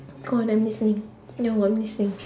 go on I'm listening no I'm listening